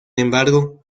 embargo